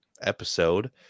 episode